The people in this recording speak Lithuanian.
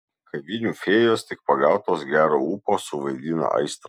kavinių fėjos tik pagautos gero ūpo suvaidina aistrą